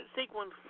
sequence